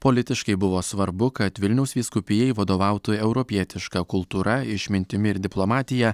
politiškai buvo svarbu kad vilniaus vyskupijai vadovautų europietiška kultūra išmintimi ir diplomatija